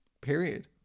period